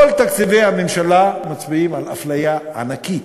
כל תקציבי הממשלה מצביעים על אפליה ענקית.